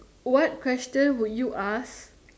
what question would you ask